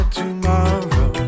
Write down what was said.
tomorrow